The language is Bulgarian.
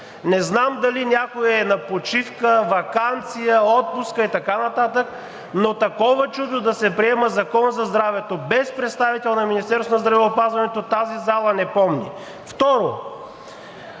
Не знам дали някой е на почивка, ваканция, отпуска и така нататък, но такова чудо – да се приема Закона за здравето, без представител на Министерството на здравеопазването, тази зала не помни. Второ,